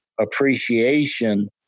appreciation